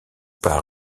pas